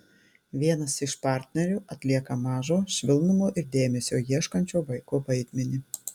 vienas iš partnerių atlieka mažo švelnumo ir dėmesio ieškančio vaiko vaidmenį